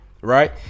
right